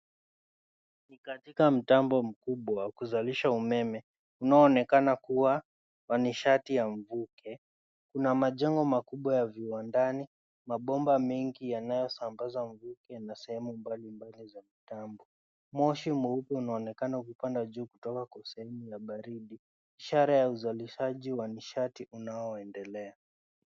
Katika mtambo mkubwa wa kuzalisha umeme unaonekana kuwa wa nishati ya mvuke. Kuna majengo makubwa ya viwandani mabomba mingi yanayo sambaza mvuke na sehemu mbali mbali za mtambo. Moshi mwepu unaonekana kupanda juu kutoka kwa sehemu ya baridi. Ishara ya uzalishaji wanishati unaoendelea.